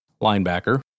linebacker